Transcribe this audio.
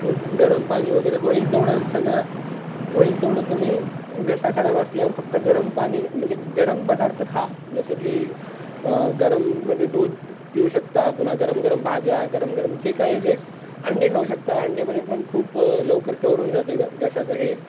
तर गरम पाणी वगैरे होईल तेवढं सगळं होईल तेवढं तुम्ही घसा खराब असल्यावर फक्त गरम पाणी म्हणजे गरम पदार्थ खा जसं की गरममध्ये दूध पिऊ शकता पुन्हा गरम गरम भाज्या गरम गरम जे काय ते अंडे खाऊ शकता अंडेमध्ये पण खूप लवकर कवरहून जाते ग घशाचं हे